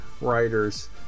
writers